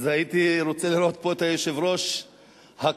אז הייתי רוצה לראות פה את היושב-ראש הקבוע,